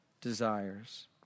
desires